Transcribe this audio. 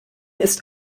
ist